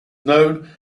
known